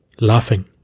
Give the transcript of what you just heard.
Laughing